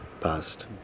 past